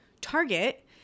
Target